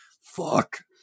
fuck